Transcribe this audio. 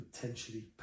potentially